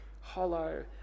hollow